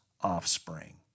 offspring